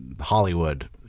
Hollywood